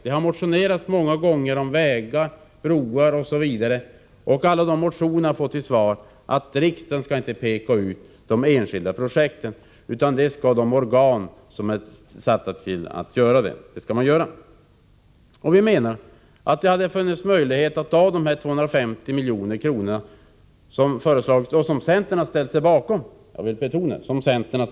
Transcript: Det har motionerats många gånger om vägar, broar osv., och alla sådana motioner har fått till svar att riksdagen inte skall peka ut enskilda projekt, utan det skall de organ göra som är satta att göra det. Vi menar att det hade funnits möjlighet att ta de 250 milj.kr. som föreslagits — och som centern har ställt sig bakom; det vill jag betona.